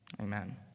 Amen